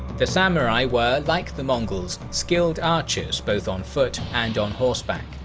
the samurai were, like the mongols, skilled archers both on foot and on horseback,